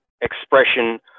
expression